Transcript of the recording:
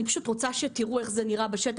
אני פשוט רוצה שתראו איך זה נראה בשטח